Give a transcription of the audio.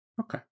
Okay